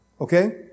Okay